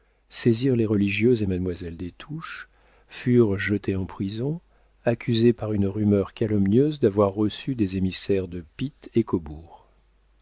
les religieuses et mademoiselle des touches qui furent jetées en prison accusées par une rumeur calomnieuse d'avoir reçu des émissaires de pitt et cobourg